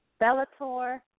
Bellator